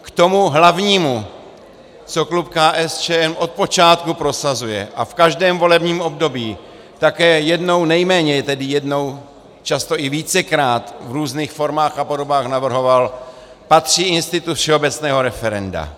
K tomu hlavnímu, co klub KSČM od počátku prosazuje a v každém volebním období také nejméně jednou, často i vícekrát, v různých formách a podobách navrhoval, patří institut všeobecného referenda.